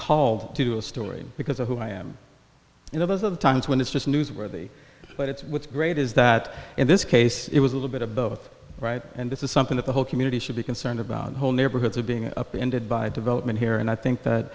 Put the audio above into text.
called to do a story because of who i am and of us of the times when it's just newsworthy but it's what's great is that in this case it was a little bit of both right and this is something that the whole community should be concerned about the whole neighborhoods are being up ended by development here and i think that